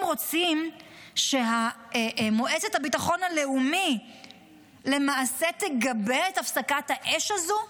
הם רוצים שמועצת הביטחון הלאומי למעשה תגבה את הפסקת האש הזו?